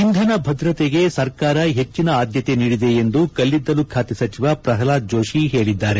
ಇಂಧನ ಭದ್ರತೆಗೆ ಸರ್ಕಾರ ಹೆಚ್ಚಿನ ಆದ್ಯತೆ ನೀಡಿದೆ ಎಂದು ಕಲ್ಲಿದ್ದಲು ಖಾತೆ ಸಚಿವ ಪ್ರಹ್ಲಾದ್ ಜೋಶಿ ಹೇಳಿದ್ದಾರೆ